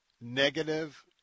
negative